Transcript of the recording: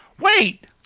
Wait